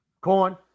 Corn